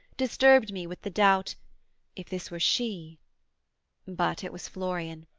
disturbed me with the doubt if this were she but it was florian.